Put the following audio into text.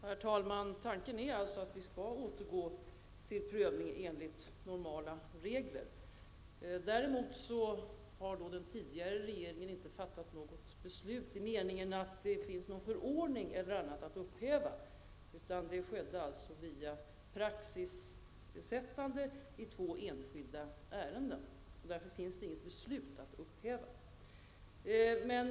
Herr talman! Tanken är alltså att vi skall återgå till prövning enligt normala regler. Den tidigare regeringen har däremot inte fattat något beslut i den meningen att det finns någon förordning eller annat att upphäva. Det skedde via praxissättande i två enskilda ärenden. Därför finns det inget beslut att upphäva.